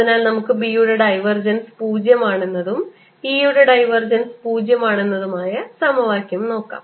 അതിനാൽ നമുക്ക് B യുടെ ഡൈവർജൻസ് 0 ആണെന്നതും E യുടെ ഡൈവർജൻസ് 0 ആണെന്നതും ആയ സമവാക്യം നോക്കാം